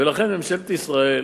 ולכן, ממשלת ישראל,